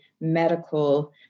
medical